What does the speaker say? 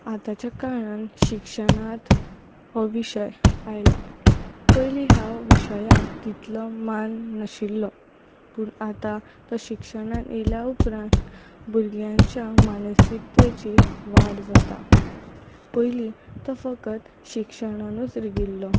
आतांच्या काळांत शिक्षणांत हो विशय आयला पयलीं ह्या विशयाक तितलो मान नाशिल्लो पूण आतां तो शिक्षणान येयल्या उपरान भुरग्यांच्या मानसिकतेची वाड जाता पयलीं तो फकत शिक्षणानूच रिगिल्लो